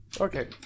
Okay